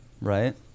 Right